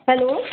hello